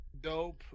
dope